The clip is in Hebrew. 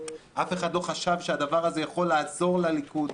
אף אחד לא חשב שהדבר הזה יכול לעזור לליכוד.